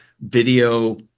video